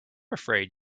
afraid